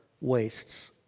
wastes